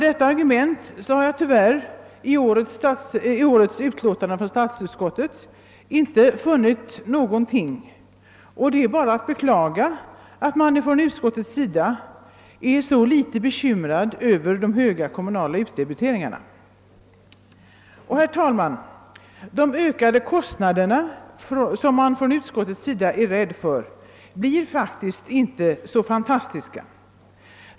Detta argument berörs inte i statsutskottets utlåtande, och det är bara att beklaga att man inom utskottet är så litet bekymrad över de höga kommunala utdebiteringarna. De ökade kostnaderna, som utskottet är så oroligt för, blir faktiskt inte så fantastiska.